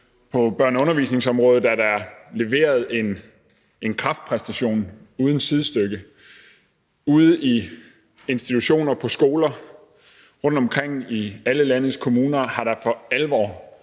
På børne- og undervisningsområdet er der leveret en kraftpræstation uden sidestykke. Ude i institutioner og på skoler rundtomkring i alle landets kommuner har der for alvor